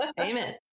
Amen